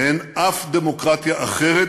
ואין אף דמוקרטיה אחרת